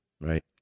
Right